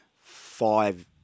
five